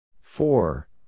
Four